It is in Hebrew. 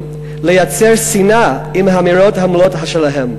לייצר שנאה עם האמירות האומללות שלהם.